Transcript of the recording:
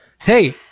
Hey